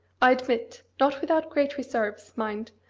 i admit not without great reserves, mind!